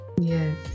Yes